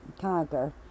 conquer